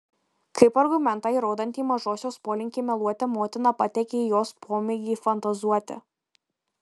kaip argumentą įrodantį mažosios polinkį meluoti motina pateikė jos pomėgį fantazuoti